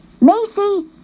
Macy